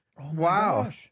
Wow